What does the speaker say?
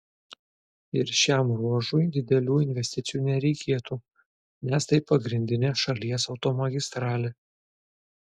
ir šiam ruožui didelių investicijų nereikėtų nes tai pagrindinė šalies automagistralė